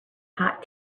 hot